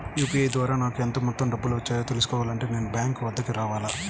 UPI ద్వారా నాకు ఎంత మొత్తం డబ్బులు వచ్చాయో తెలుసుకోవాలి అంటే నేను బ్యాంక్ వద్దకు రావాలా?